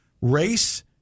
Race